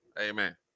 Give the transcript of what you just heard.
Amen